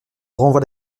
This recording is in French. renvoie